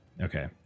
okay